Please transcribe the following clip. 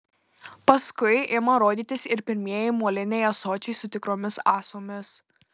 paskui ima rodytis ir pirmieji moliniai ąsočiai su tikromis ąsomis